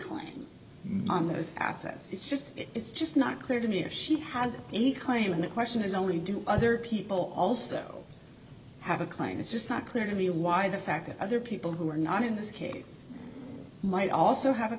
claim on those assets it's just it's just not clear to me if she has any claim on the question is only do other people also have a claim it's just not clear to me why the fact that other people who are not in this case might also have a